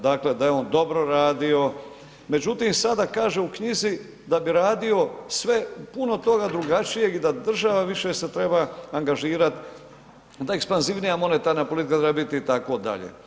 Dakle, da je on dobro radio, međutim sada kaže u knjizi da bi radio sve u puno toga drugačijeg i da država više se treba angažirat, da ekspanzivnija monetarna politika treba biti itd.